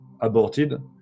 aborted